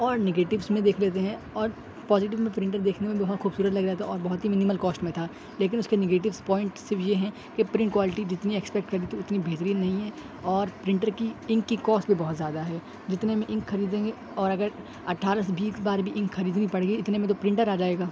اور نگیٹیوس میں دیکھ لیتے ہیں اور پوزیٹیو میں پرنٹر دیکھنے میں بہت خوبصورت لگ رہا تھا اور بہت ہی منیمل کاسٹ میں تھا لیکن اس کے نگیٹیوس پوائنٹس صرف یہ ہیں کہ پرنٹ کوالٹی جتنی ایکسپیکٹ کر رہے تھے اتنی بہترین نہیں ہے اور پرنٹر کی انک کی کاسٹ بھی بہت زیادہ ہے جتنے میں انک خریدیں گے اور اگر اٹھارہ سے بیس بار بھی انک خریدنی پڑ گئی اتنے میں تو پرنٹر آ جائے گا